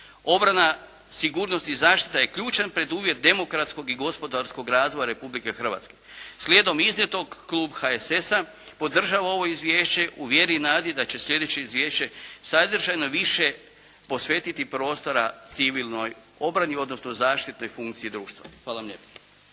Obrana, sigurnost i zaštita je ključan preduvjet demokratskog i gospodarskog razvoja Republike Hrvatske. Slijedom iznijetog klub HSS-a podržava ovo Izvješće u vjeri i nadi da će slijedeće izvješće sadržajno više posvetiti prostora civilnoj obrani odnosno zaštitnoj funkciji društva. Hvala vam lijepa.